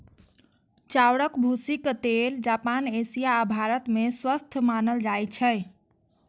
चाउरक भूसीक तेल जापान, एशिया आ भारत मे स्वस्थ मानल जाइ छै